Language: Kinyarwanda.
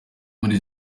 muri